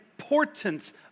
importance